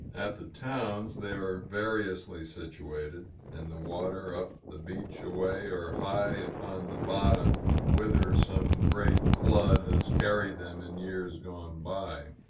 at the towns, they are variously situated in the water, up the beach a way, or high upon the bottom, whither some great flood has carried them in years gone by.